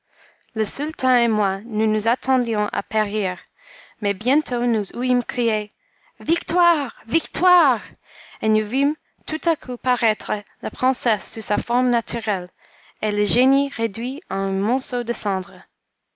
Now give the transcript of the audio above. le sultan et moi nous nous attendions à périr mais bientôt nous ouïmes crier victoire victoire et nous vîmes tout à coup paraître la princesse sous sa forme naturelle et le génie réduit en un monceau de cendres